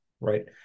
right